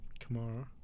Kamara